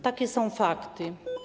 Takie są fakty.